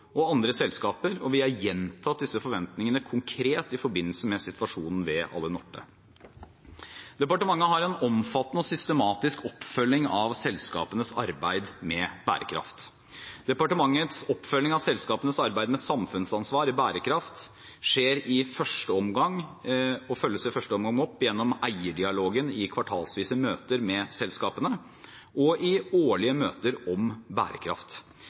og andre selskaper, og vi har gjentatt disse forventningene konkret i forbindelse med situasjonen ved Alunorte. Departementet har en omfattende og systematisk oppfølging av selskapenes arbeid med bærekraft. Departementets oppfølging av selskapenes arbeid med samfunnsansvar og bærekraft skjer i første omgang gjennom eierdialogen i kvartalsvise møter med selskapene og i årlige møter om bærekraft.